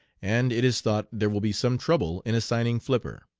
and it is thought there will be some trouble in assigning flipper.